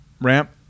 ramp